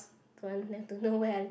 don't want them to know where i live